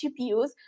gpus